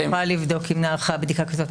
אני יכולה לבדוק אם נערכה בדיקה כזאת.